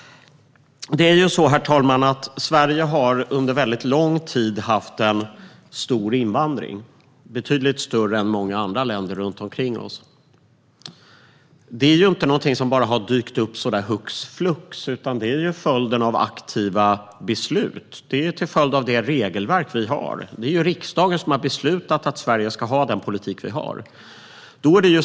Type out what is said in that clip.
Herr talman! Sverige har under lång tid haft en stor invandring. Den har varit betydligt större här än i många andra länder runt omkring oss. Detta har inte dykt upp hux flux, utan det är en följd av aktiva beslut och till följd av det regelverk vi har. Det är riksdagen som har beslutat att Sverige ska ha den politik som vi har.